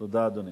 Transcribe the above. תודה, אדוני.